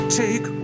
take